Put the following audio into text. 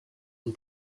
and